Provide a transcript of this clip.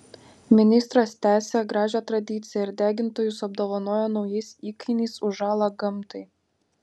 ministras tęsė gražią tradiciją ir degintojus apdovanojo naujais įkainiais už žalą gamtai